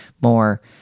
more